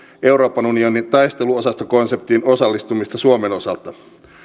euroopan unionin taisteluosastokonseptiin osallistumista suomen osalta